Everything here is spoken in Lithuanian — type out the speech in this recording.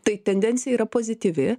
tai tendencija yra pozityvi